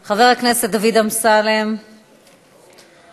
של חקיקה ממשלתית בבית הזה,